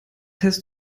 hältst